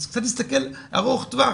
צריך להסתכל ארוך-טווח.